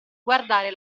guardare